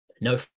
no